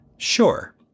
Sure